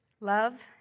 Love